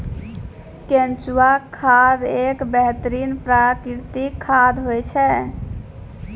केंचुआ खाद एक बेहतरीन प्राकृतिक खाद होय छै